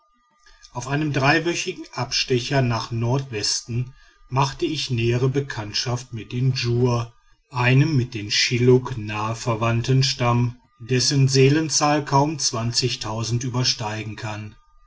auf einem dreiwöchigen abstecher nach nordwesten machte ich nähere bekanntschaft mit den djur einem mit den schilluk naheverwandten stamm dessen seelenzahl kaum übersteigen kann